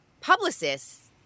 publicists